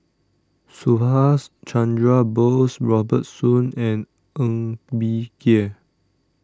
Subhas Chandra Bose Robert Soon and Ng Bee Kia